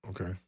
Okay